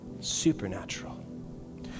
supernatural